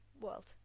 world